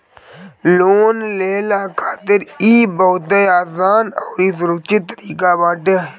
loan लेहला खातिर इ बहुते आसान अउरी सुरक्षित तरीका बाटे